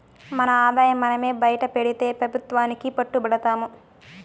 మన ఆదాయం మనమే బైటపెడితే పెబుత్వానికి పట్టు బడతాము